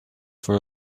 for